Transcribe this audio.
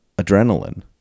adrenaline